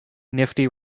nifty